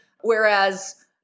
Whereas